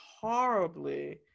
Horribly